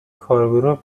کارگروه